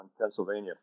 Pennsylvania